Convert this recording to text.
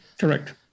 Correct